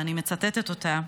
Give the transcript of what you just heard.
ואני מצטטת אותה: